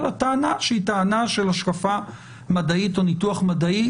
אלא טענה שהיא טענה של השקפה מדעית או ניתוח מדעי.